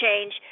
change